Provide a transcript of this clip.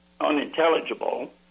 unintelligible